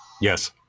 Yes